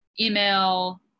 email